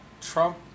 Trump